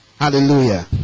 hallelujah